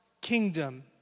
kingdom